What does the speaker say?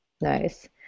Nice